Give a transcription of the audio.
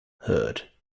heard